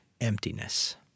emptiness